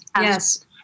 yes